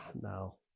No